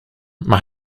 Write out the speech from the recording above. maar